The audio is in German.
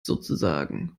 sozusagen